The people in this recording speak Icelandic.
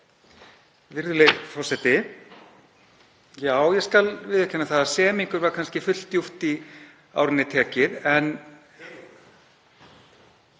Virðulegi forseti. Já, ég skal viðurkenna það að semingur var kannski fulldjúpt í árinni tekið.